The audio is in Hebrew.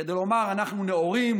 כדי לומר: אנחנו נאורים,